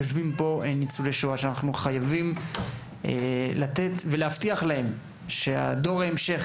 יושבים כאן ניצולי שואה ואנחנו חייבים להבטיח להם שדור ההמשך,